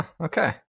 okay